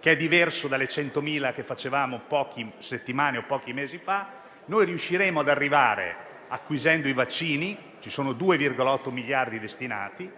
- sono diverse dalle 100.000 che facevamo pochi settimane o pochi mesi fa - riusciremo ad arrivare, acquisendo i vaccini, (ci sono 2,8 miliardi destinati)